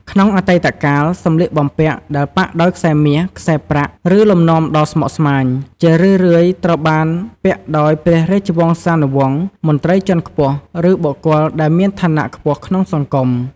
ក្នុងអតីតកាល សម្លៀកបំពាក់ដែលប៉ាក់ដោយខ្សែមាស ខ្សែប្រាក់ ឬលំនាំដ៏ស្មុគស្មាញ ជារឿយៗត្រូវបានពាក់ដោយព្រះរាជវង្សានុវង្ស មន្ត្រីជាន់ខ្ពស់ ឬបុគ្គលដែលមានឋានៈខ្ពស់ក្នុងសង្គម។